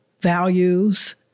values